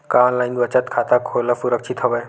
का ऑनलाइन बचत खाता खोला सुरक्षित हवय?